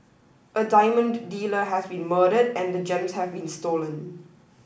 a diamond dealer has been murdered and the gems have been stolen